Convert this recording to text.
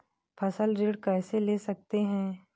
फसल ऋण कैसे ले सकते हैं?